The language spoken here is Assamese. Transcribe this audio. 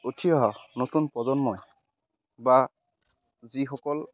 উঠি অহা নতুন প্ৰজন্মই বা যিসকল